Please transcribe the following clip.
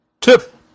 tip